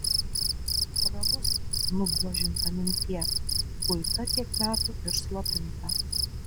prabusk nubuožinta mintie guita tiek metų ir slopinta